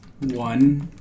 one